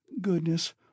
Goodness